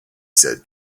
said